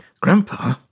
Grandpa